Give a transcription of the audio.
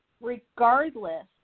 Regardless